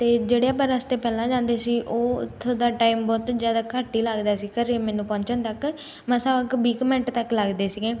ਅਤੇ ਜਿਹੜੇ ਆਪਾਂ ਰਸਤੇ ਪਹਿਲਾਂ ਜਾਂਦੇ ਸੀ ਉਹ ਓੱਥੋਂ ਤਾਂ ਟਾਈਮ ਬਹੁਤ ਜ਼ਿਆਦਾ ਘੱਟ ਹੀ ਲੱਗਦਾ ਸੀ ਘਰ ਮੈਨੂੰ ਪਹੁੰਚਣ ਤੱਕ ਮਸਾਂ ਕੁ ਵੀਹ ਕੁ ਮਿੰਟ ਤੱਕ ਲੱਗਦੇ ਸੀਗੇ